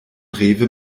rewe